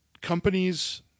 companies